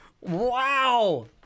wow